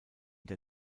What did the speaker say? der